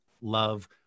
love